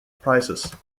prices